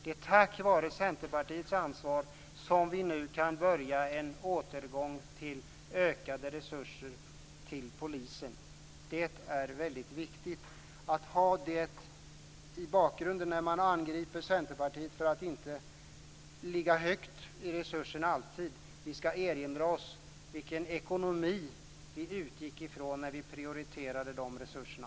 Det är tack vare Centerpartiets ansvarsfullhet som vi nu kan börja en återgång till ökade resurser till polisen. Det är väldigt viktigt att ha med det i bakgrunden när man angriper Centerpartiet för att inte alltid ligga högt när det gäller resurserna. Vi ska erinra oss vilken ekonomi vi utgick ifrån när vi prioriterade resurserna.